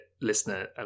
listener